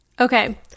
Okay